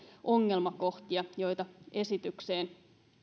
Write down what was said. ongelmakohtia joita esitykseen